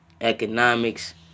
economics